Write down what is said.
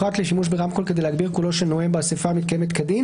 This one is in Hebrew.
פרט לשימוש ברמקול כדי להגביר קולו של נואם באסיפה המתקיימת כדין